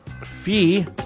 fee